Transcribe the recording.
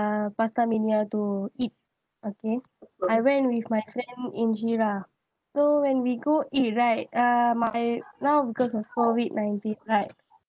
uh PastaMania to eat again I went with my friend inshira so when we go eat right uh my now because of COVID-nineteen right